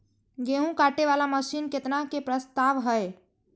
गेहूँ काटे वाला मशीन केतना के प्रस्ताव हय?